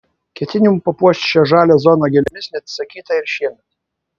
ketinimų papuošti šią žalią zoną gėlėmis neatsisakyta ir šiemet